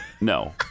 No